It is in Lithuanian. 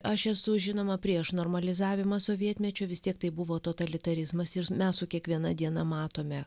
aš esu žinoma prieš normalizavimą sovietmečiu vis tiek tai buvo totalitarizmas ir mes su kiekviena diena matome